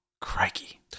crikey